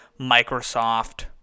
Microsoft